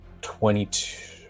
Twenty-two